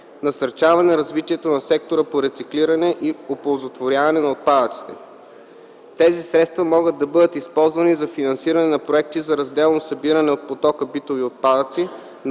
насърчаване развитието на сектора по рециклиране и оползотворяване на отпадъците. Тези средства могат да бъдат използвани за финансиране на проекти за разделно събиране от потока битови отпадъци,